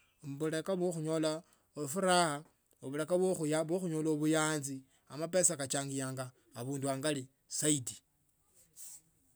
Osela ko khunyola mafuta nonyola khunyola buyanzi amapesa kachianga abundu angali zaidi.